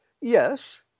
Yes